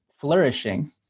flourishing